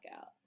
out